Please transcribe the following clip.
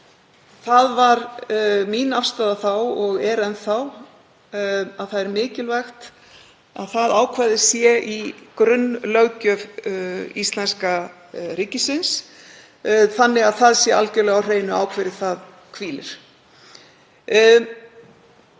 Það var mín afstaða þá og er enn að það er mikilvægt að það ákvæði sé í grunnlöggjöf íslenska ríkisins, þannig að það sé algjörlega á hreinu á hverju það hvílir.